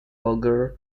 roger